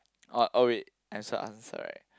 oh all it as your answer right